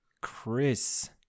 Chris